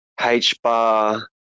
HBAR